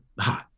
hot